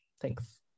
Thanks